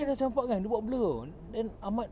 dia dah campak kan dia buat blur tahu then ahmad